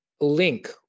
link